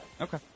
Okay